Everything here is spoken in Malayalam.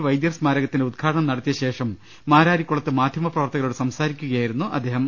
വൈദ്യർ സ്മാരകത്തിന്റെ ഉദ്ഘാടനം നടത്തിയ ശേഷം മാരാരിക്കുളത്ത് മാധ്യമ പ്രവർത്തകരോട് സംസാരിക്കുകയായിരുന്നു അദ്ദേഹം